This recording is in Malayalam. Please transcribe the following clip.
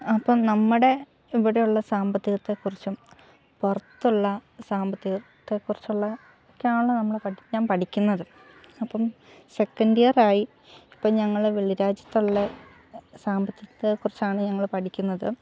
അപ്പം നമ്മുടെ ഇവിടെയുള്ള സാമ്പത്തികത്തെക്കുറിച്ചും പുറത്തുള്ള സാമ്പത്തികത്തെക്കുറിച്ചുള്ളത് ഒക്കെ ആണല്ലോ നമ്മൾ ഞാൻ പഠിക്കുന്നത് അപ്പം സെക്കൻറ്റ് ഇയർ ആയി ഇപ്പോൾ ഞങ്ങൾ വെളിരാജ്യത്തുള്ള സാമ്പത്തികത്തെ കുറിച്ചാണ് ഞങ്ങൾ പഠിക്കുന്നത്